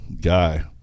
guy